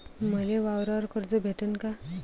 मले वावरावर कर्ज भेटन का?